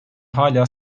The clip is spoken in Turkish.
hâlâ